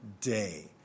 day